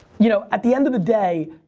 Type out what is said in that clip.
you know at the end of the day,